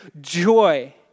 joy